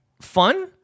fun